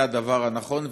זה הדבר הנכון,